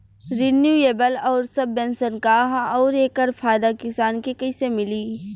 Renewable आउर subvention का ह आउर एकर फायदा किसान के कइसे मिली?